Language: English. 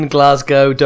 Glasgow